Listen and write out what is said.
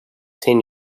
ten